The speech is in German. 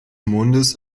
mondes